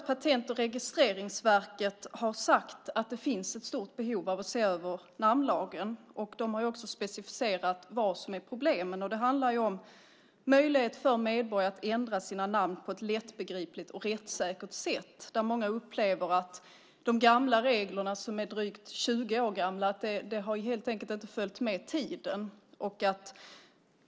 Patent och registreringsverket har dessutom sagt att det finns ett stort behov av att se över namnlagen. De har också specificerat vad som är problem. Det handlar om möjlighet för medborgare att ändra sina namn på ett lättbegripligt och rättssäkert sätt. Många upplever att de gamla reglerna, som är drygt 20 år gamla, helt enkelt inte har följt med tiden.